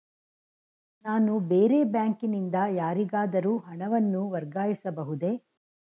ನಾನು ಬೇರೆ ಬ್ಯಾಂಕಿನಿಂದ ಯಾರಿಗಾದರೂ ಹಣವನ್ನು ವರ್ಗಾಯಿಸಬಹುದೇ?